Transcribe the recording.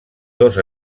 dos